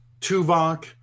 Tuvok